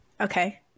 Okay